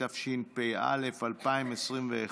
התשפ"א 2021,